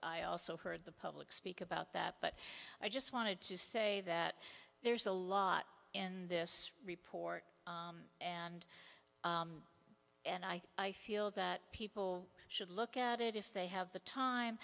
i also heard the public speak about that but i just wanted to say that there's a lot in this report and and i feel that people should look at it if they have the time